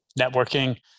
networking